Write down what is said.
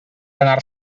anar